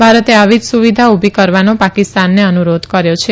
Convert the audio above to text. ભારતે આવી જ સુવિધા ઉભી કરવાનો પાકિસ્તાનને અનુરોધ કર્યો છે